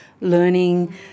learning